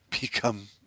become